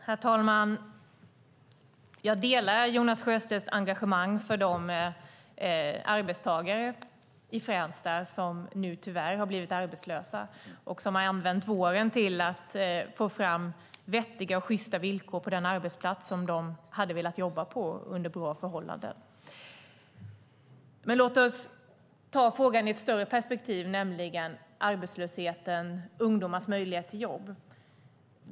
Herr talman! Jag delar Jonas Sjöstedts engagemang för de arbetstagare i Fränsta som nu tyvärr har blivit arbetslösa och som har använt våren till att få fram vettiga och sjysta villkor på den arbetsplats som de hade velat jobba på under bra förhållanden. Men låt oss ta frågan i ett större perspektiv, nämligen arbetslösheten, ungdomars möjlighet till jobb.